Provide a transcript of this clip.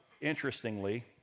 interestingly